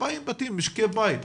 2,000 משקי בית,